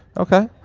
okay.